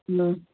ம்